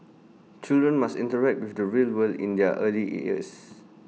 children must interact with the real world in their early years